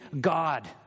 God